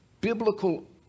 biblical